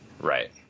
Right